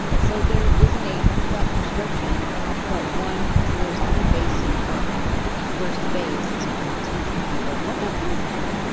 so there isn't a set prescription but one. so there's three phases in the book and the first phase is i'm teaching people what that feels like.